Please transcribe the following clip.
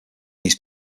these